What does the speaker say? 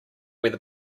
where